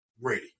ready